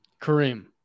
Kareem